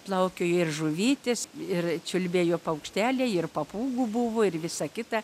plaukiojo ir žuvytės ir čiulbėjo paukšteliai ir papūgų buvo ir visa kita